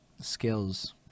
skills